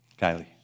Kylie